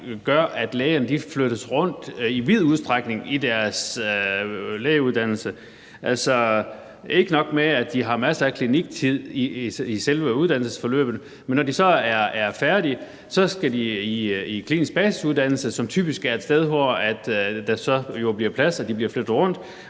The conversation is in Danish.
udstrækning flyttes rundt i forbindelse med deres lægeuddannelse, men ikke nok med, at de har masser af kliniktid i selve uddannelsesforløbet, for når de så er færdige, skal de i klinisk basisuddannelse, som typisk er et sted, hvor de bliver flyttet rundt,